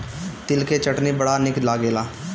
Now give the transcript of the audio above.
तिल के चटनी बड़ा निक लागेला